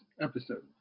episode